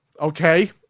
Okay